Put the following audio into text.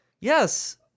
Yes